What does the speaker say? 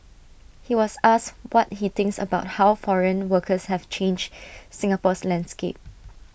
he was asked what he thinks about how foreign workers have changed Singapore's landscape